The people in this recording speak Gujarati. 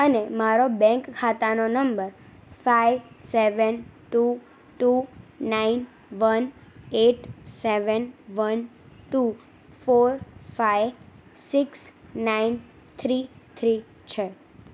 અને મારો બેંક ખાતાનો નંબર five seven two two nine one eight seven one two four five six nine three three છે